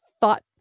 thought